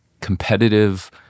competitive